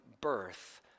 birth